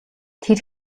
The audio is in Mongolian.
тэр